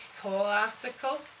classical